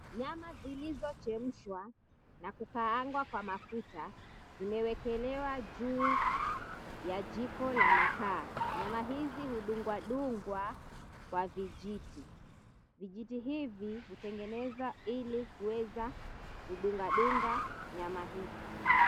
Nyama zilicho chemshwa na kukaangwa kwa mafuta zimewekelewa juu ya jiko la makaa. Nyama hizi hudungwa dungwa kwa vijiti. Vijiti hivi hutengenezwa ili kuweza kudunga dunga nyama hizi.